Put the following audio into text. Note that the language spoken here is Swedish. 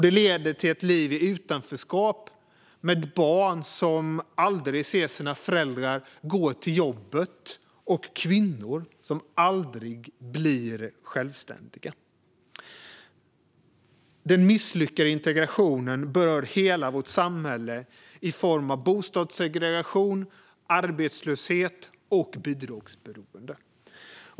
Det leder till ett liv i utanförskap med barn som aldrig ser sina föräldrar gå till jobbet och kvinnor som aldrig blir självständiga. Den misslyckade integrationen berör hela vårt samhälle i form av bostadssegregation, arbetslöshet och bidragsberoende.